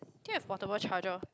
can I have portable charger